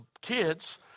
kids